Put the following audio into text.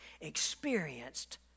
experienced